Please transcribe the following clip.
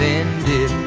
ended